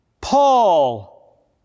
Paul